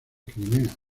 crimea